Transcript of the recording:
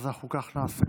אז אנחנו כך נעשה.